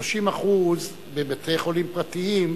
30% בבתי-חולים פרטיים,